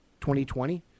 2020